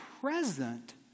present